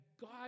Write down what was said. God